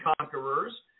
conquerors